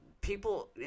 people